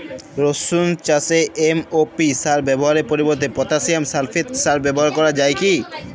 রসুন চাষে এম.ও.পি সার ব্যবহারের পরিবর্তে পটাসিয়াম সালফেট সার ব্যাবহার করা যায় কি?